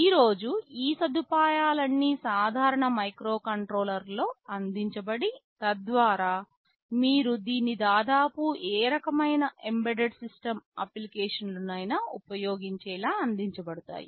ఈ రోజు ఈ సదుపాయాలన్నీ సాధారణ మైక్రోకంట్రోలర్ల లో అందించబడి తద్వారా మీరు దీన్ని దాదాపు ఏ రకమైన ఎంబెడెడ్ సిస్టమ్ అప్లికేషన్లుకైనా ఉపయోగించేలా అందించబడ్డాయి